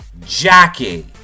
Jackie